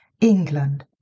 England